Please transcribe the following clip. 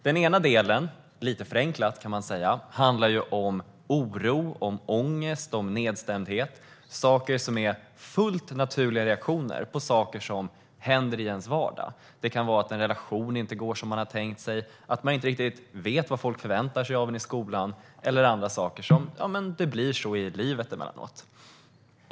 Den ena delen handlar, lite förenklat, om oro, ångest och nedstämdhet. Detta är fullt naturliga reaktioner på sådant som händer i ens vardag. Det kan handla om att en relation inte går som man har tänkt sig, att man inte riktigt vet vad folk förväntar sig av en i skolan eller andra saker som händer i livet emellanåt.